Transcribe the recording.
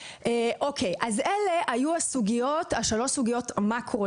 אלה היו שלוש סוגיות המאקרו,